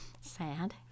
sad